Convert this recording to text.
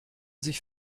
sich